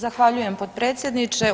Zahvaljujem potpredsjedniče.